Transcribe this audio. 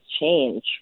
change